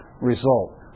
result